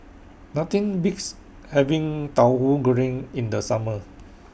Nothing Beats having Tahu Goreng in The Summer